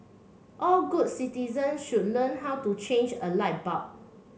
all good citizens should learn how to change a light bulb